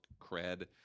cred